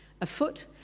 afoot